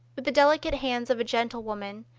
with the delicate hands of a gentlewoman,